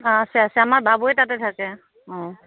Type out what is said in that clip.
অঁ আছে আছে আমাৰ বাবু তাতে থাকে অঁ